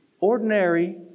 ordinary